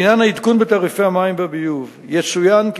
לעניין העדכון בתעריפי המים והביוב יצוין כי